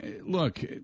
look